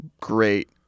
great